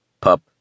Pup